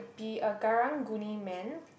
be a Karang-Guni man